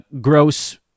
gross